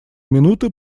минуты